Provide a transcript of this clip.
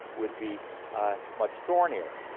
would be much thornier.